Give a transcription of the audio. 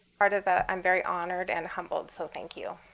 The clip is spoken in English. honored and i'm very honored and humbled, so thank you.